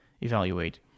evaluate